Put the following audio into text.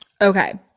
Okay